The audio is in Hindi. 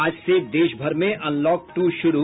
आज से देशभर में अनलॉक टू शुरू